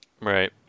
Right